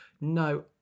no